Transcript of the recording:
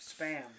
spam